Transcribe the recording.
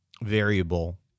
variable